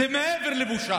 זה מעבר לבושה,